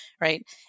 right